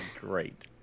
great